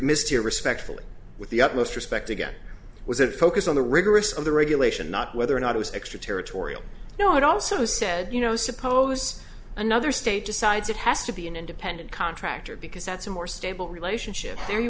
mystere respectfully with the utmost respect again was a focus on the rigorous of the regulation not whether or not it was extraterritorial you know it also said you know suppose another state decides it has to be an independent contractor because that's a more stable relationship where